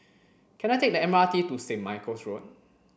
can I take the M R T to Saint Michael's Road